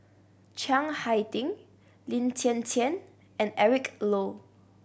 Chiang Hai Ding Lin Hsin Hsin and Eric Low